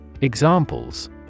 Examples